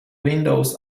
windows